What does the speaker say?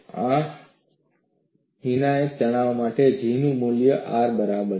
આ નિર્ણાયક તણાવ માટે G નું મૂલ્ય R ની બરાબર છે